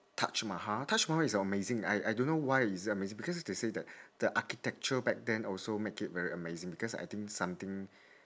taj mahal taj mahal is amazing I I don't know why is it amazing because they say that the architecture back then also make it very amazing because I think something